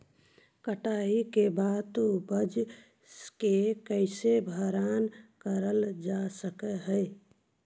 कटाई के बाद उपज के कईसे भंडारण करल जा सक हई?